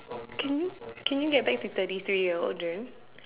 can you can you get back to thirty three year old dream